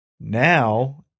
Now